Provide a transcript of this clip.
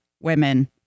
women